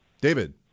David